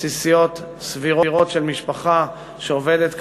בסיסיות סבירות של משפחה שעובדת קשה.